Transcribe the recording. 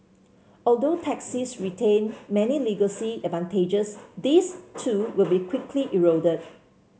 although taxis retain many legacy advantages these too will be quickly eroded